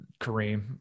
Kareem